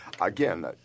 again